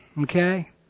Okay